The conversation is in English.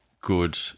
good